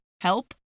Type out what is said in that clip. help